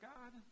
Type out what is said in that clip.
God